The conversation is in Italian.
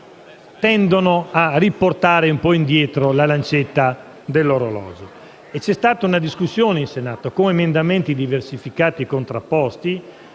tendono a riportare un po' indietro la lancetta dell'orologio. C'è stata una discussione in Senato, con emendamenti diversificati e contrapposti,